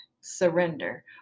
surrender